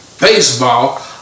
baseball